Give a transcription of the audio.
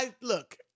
look